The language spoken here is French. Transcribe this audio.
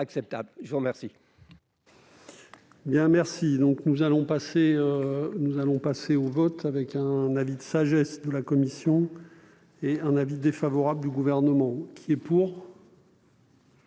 je vous remercie